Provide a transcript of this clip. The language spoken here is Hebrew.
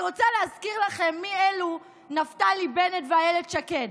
אני רוצה להזכיר לכם מי אלו נפתלי בנט ואילת שקד.